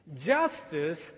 Justice